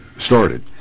started